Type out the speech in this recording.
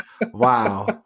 Wow